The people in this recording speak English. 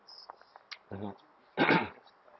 mmhmm